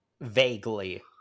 Vaguely